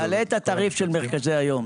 תעלה את התעריף של מרכזי היום.